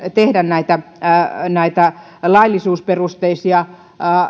tehdä näitä näitä laillisuusperusteisia